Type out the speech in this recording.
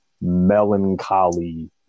melancholy